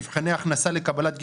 מבחני הכנסה לקבלת גמלאות,